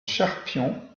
cherpion